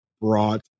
brought